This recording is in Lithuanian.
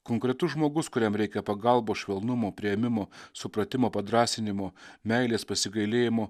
konkretus žmogus kuriam reikia pagalbos švelnumo priėmimo supratimo padrąsinimo meilės pasigailėjimo